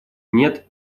нет